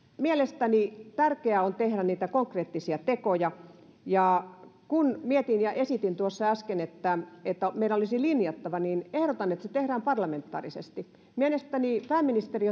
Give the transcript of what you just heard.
mielestäni tärkeää on tehdä konkreettisia tekoja kun mietin ja esitin tuossa äsken että että meidän olisi linjattava periaatteet niin ehdotan että se tehdään parlamentaarisesti pääministeri